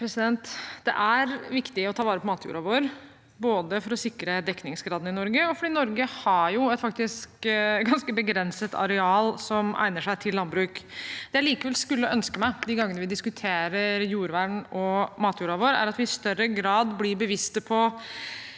Det er viktig å ta vare på matjorda vår, både for å sikre dekningsgraden i Norge og fordi Norge har et ganske begrenset areal som egner seg til landbruk. Det jeg likevel skulle ønske meg de gangene vi diskuterer jordvern og matjorda vår, er at vi i større grad blir bevisst på